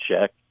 check